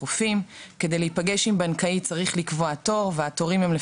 כדי להיפגש עם בנקאי צריך לקבוע תור והתורים הם,